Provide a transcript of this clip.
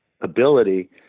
ability